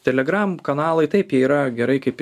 telegramų kanalai taip jie yra gerai kaip